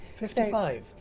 55%